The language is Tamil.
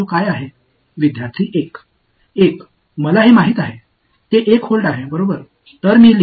மாணவர்1 1 எனக்கு அது தெரியும் அது 1 வோல்ட் சரிதானே